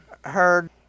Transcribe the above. heard